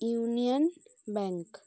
union bank